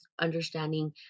understanding